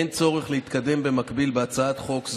אין צורך להתקדם במקביל בהצעת חוק זו.